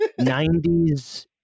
90s